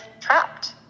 trapped